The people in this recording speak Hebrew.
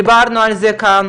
דיברנו על זה כאן